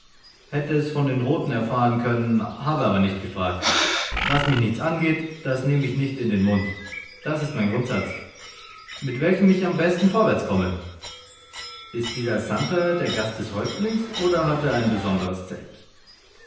hätte es von den roten erfahren können habe aber nicht gefragt was mich nichts angeht das nehme ich nicht in den mund das ist mein grundsatz mit welchem ich am besten vorwärts komme ist dieser santer der gast des häuptlings oder hat er ein besonderes zelt